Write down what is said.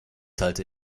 halte